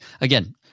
again